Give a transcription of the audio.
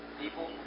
people